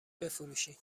بفروشین